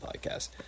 Podcast